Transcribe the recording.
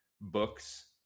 books